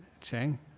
Cheng